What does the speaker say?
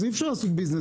אי אפשר לעשות עסקים.